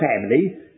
family